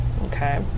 Okay